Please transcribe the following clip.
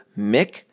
Mick